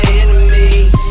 enemies